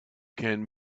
can